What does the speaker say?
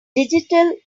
digital